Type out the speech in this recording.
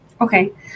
Okay